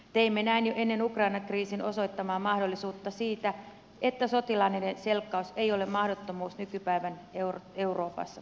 teimme näin jo ennen ukrainan kriisin osoittamaa mahdollisuutta siitä että sotilaallinen selkkaus ei ole mahdottomuus nykypäivän euroopassa